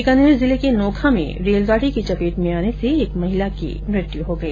बीकानेर जिले के नोखा में रेलगाड़ी की चपेट में आने से एक महिला की मृत्यु हो गई